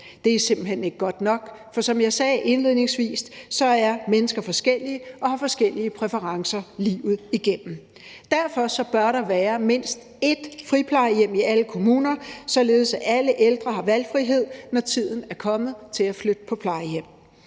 Det er simpelt hen ikke godt nok, for som jeg sagde indledningsvis, er mennesker forskellige og har forskellige præferencer livet igennem. Derfor bør der være mindst ét friplejehjem i alle kommuner, således at alle ældre har valgfrihed, når tiden er kommet til at flytte på plejehjem.